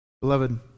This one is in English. Beloved